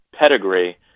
pedigree